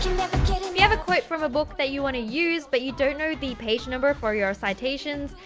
you have a quote from a book, that you want to use, but you don't know the page number for your citations,